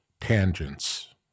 tangents